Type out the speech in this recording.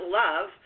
love